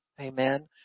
amen